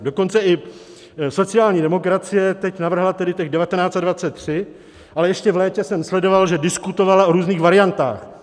Dokonce i sociální demokracie teď navrhla tedy těch 19 a 23, ale ještě v létě jsem sledoval, že diskutovala o různých variantách.